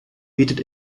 bietet